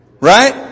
Right